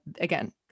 again